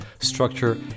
structure